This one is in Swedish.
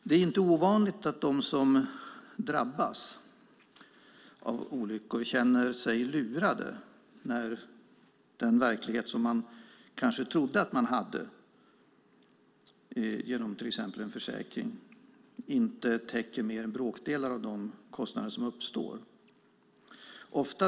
Det är inte ovanligt att de som drabbas av olyckor känner sig lurade när den trygghet de trodde sig ha genom till exempel en försäkring innebär att inte mer än bråkdelar av de kostnader som uppstår täcks.